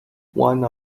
one